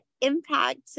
impact